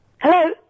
Hello